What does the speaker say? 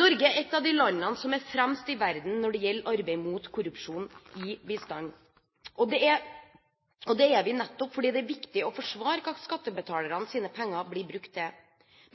Norge er et av de landene som er fremst i verden når det gjelder arbeid mot korrupsjon i bistanden. Og det er vi nettopp fordi det er viktig å forsvare hva skattebetalernes penger blir brukt til –